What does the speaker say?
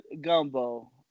Gumbo